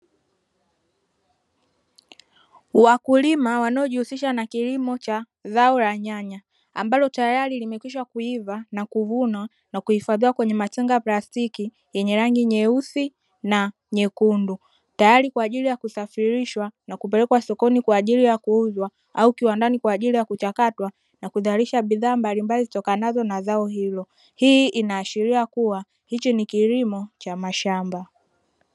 Wakulima wanaojihusisha na kilimo cha zao la nyanya, ambalo tayari limekwisha kuiva na kuvunwa na kuhifadhiwa kwenye matenga ya plastiki yenye rangi nyeusi na nyekundu. Tayari kwa ajili ya kusafirishwa na kupelekwa sokoni kwa ajili ya kuuzwa, au kiwandani kwa ajili ya kuchakatwa na kuzalisha bidhaa mbalimbali zitokanazo na zao hilo. Hii inaashiria kuwa, hichi ni kilimo cha mashamba.